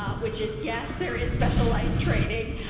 ah which is yes, there is specialized training.